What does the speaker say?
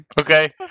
Okay